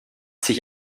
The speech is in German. sich